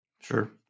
Sure